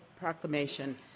proclamation